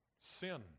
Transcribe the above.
sin